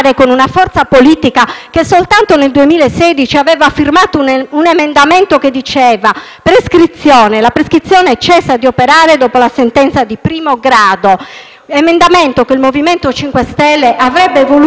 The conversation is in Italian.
che soltanto nel 2016 aveva firmato un emendamento secondo il quale la prescrizione cessava di operare dopo la sentenza di primo grado, emendamento che il MoVimento 5 Stelle avrebbe voluto votare,